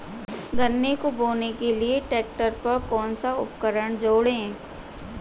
गन्ने को बोने के लिये ट्रैक्टर पर कौन सा उपकरण जोड़ें?